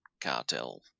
cartel